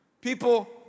People